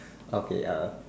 okay ah